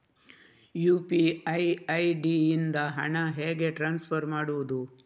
UPI ID ಇಂದ ಹಣ ಹೇಗೆ ಟ್ರಾನ್ಸ್ಫರ್ ಮಾಡುದು?